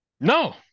No